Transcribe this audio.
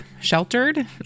sheltered